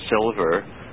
silver